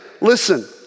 listen